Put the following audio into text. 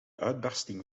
uitbarsting